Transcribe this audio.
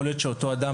יכול להיות שאותו אדם